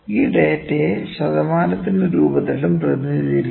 ഈ ഡാറ്റയെ ശതമാനത്തിന്റെ രൂപത്തിലും പ്രതിനിധീകരിക്കാം